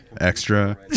Extra